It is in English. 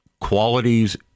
qualities